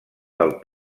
del